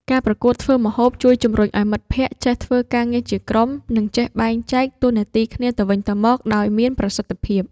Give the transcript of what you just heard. ការប្រកួតធ្វើម្ហូបជួយជំរុញឱ្យមិត្តភក្តិចេះធ្វើការងារជាក្រុម និងចេះបែងចែកតួនាទីគ្នាទៅវិញទៅមកដោយមានប្រសិទ្ធភាព។